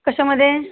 कशामध्ये